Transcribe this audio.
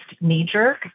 knee-jerk